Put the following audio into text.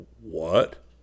What